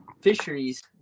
Fisheries